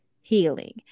healing